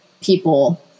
people